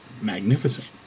magnificent